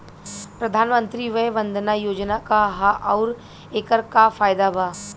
प्रधानमंत्री वय वन्दना योजना का ह आउर एकर का फायदा बा?